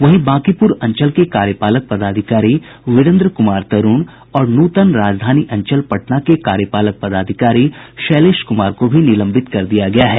वहीं बांकीपुर अंचल के कार्यपालक पदाधिकारी वीरेन्द्र कुमार तरूण और नूतन राजधानी अंचल पटना के कार्यपालक पदाधिकारी शैलेश कुमार को भी निलंबित कर दिया गया है